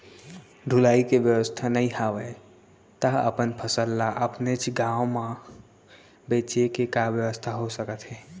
ढुलाई के बेवस्था नई हवय ता अपन फसल ला अपनेच गांव मा बेचे के का बेवस्था हो सकत हे?